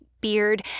beard